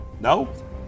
No